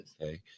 okay